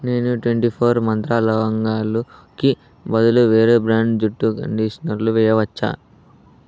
నేను twenty four Mantra లవంగాలుకి బదులు వేరే బ్రాండ్ జుట్టు కండీషనర్లు వేయవచ్చా